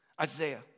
Isaiah